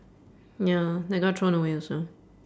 ya that got thrown away also